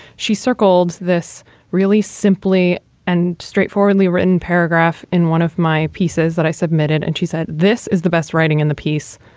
she circled this really simply and straightforwardly written paragraph in one of my pieces that i submitted. and she said, this is the best writing in the piece,